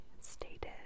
stated